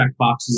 checkboxes